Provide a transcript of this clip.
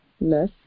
less